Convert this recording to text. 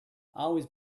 always